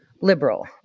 liberal